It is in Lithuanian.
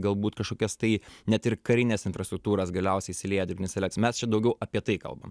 galbūt kažkokias tai net ir karinės infrastruktūros galiausiai įsilieja dirbtinis mes čia daugiau apie tai kalbam